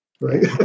right